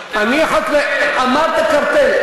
אני אומר: קרטל, אמרת קרטל.